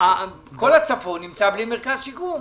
כל הצפון נמצא בלי מרכז שיקום.